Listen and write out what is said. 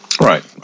Right